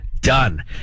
done